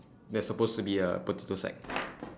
there's supposed to be a potato sack